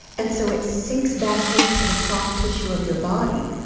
and so it sinks back into the soft tissue of your body,